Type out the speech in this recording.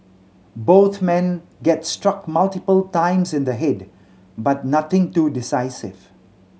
both men get struck multiple times in the head but nothing too decisive